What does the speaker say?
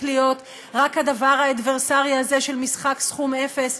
להיות רק הדבר האדברסרי הזה של משחק סכום אפס: